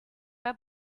pas